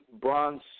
bronze